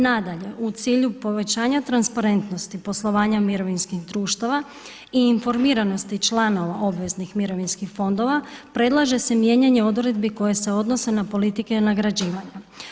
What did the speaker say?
Nadalje u cilju povećanja transparentnosti poslovanja mirovinskih društava i informiranosti članova obveznih mirovinskih fondova predlaže se mijenjanje odredbi koje se odnose na politike nagrađivanja.